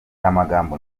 amagambo